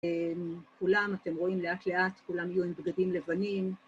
כולם, אתם רואים לאט לאט, כולם יהיו עם בגדים לבנים